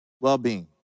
well-being